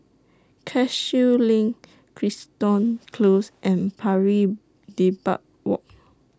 Cashew LINK Crichton Close and Pari Dedap Walk